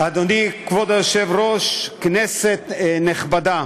אדוני כבוד היושב-ראש, כנסת נכבדה,